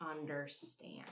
understand